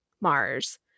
Mars